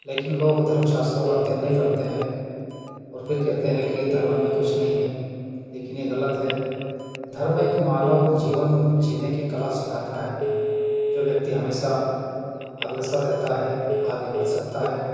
लेकिन लोग धर्म शास्त्रों का अध्ययन नहीं करते हैं और फिर कहते हैं कि धर्म में कुछ नहीं है लेकिन ये गलत है धर्म एक मानव जीवन जीने कि कला को सिखाता है जो व्यक्ति हमेशा अग्रसर रहता है आगे बढ़ सकता है